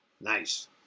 Nice